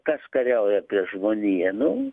kas kariauja prieš žmoniją nu